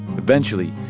eventually,